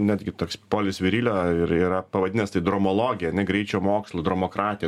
netgi toks polis virilio ir yra pavadinęs tai dromologija ar ne greičio mokslu dromokratija